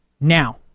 now